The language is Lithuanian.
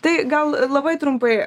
tai gal labai trumpai